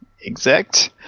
exact